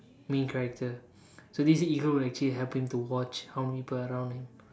main character so this eagle would actually help him to watch how many people around him